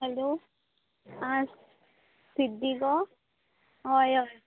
hello आ सिध्दी गो आं हय हय